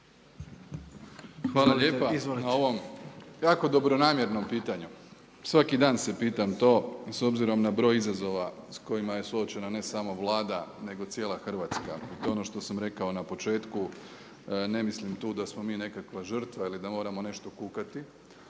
Hvala lijepa na ovom jako dobronamjernom pitanju, svaki dan se pitam to s obzirom na broj izazova s kojima je suočena ne samo Vlada nego i cijela Hrvatska i to je ono što sam rekao na početku. Ne mislim tu da smo mi nekakva žrtva ili da moramo nešto kukati